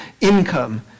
income